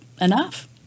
enough